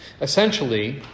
Essentially